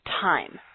time